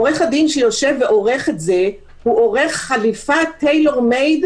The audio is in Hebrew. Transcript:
עורך הדין שיושב ועורך את זה הוא עורך חליפה טיילור מייד,